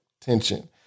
tension